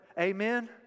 Amen